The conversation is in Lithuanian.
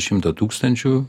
šimto tūkstančių